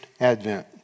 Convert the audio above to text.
advent